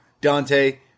dante